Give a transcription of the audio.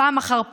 פעם אחר פעם,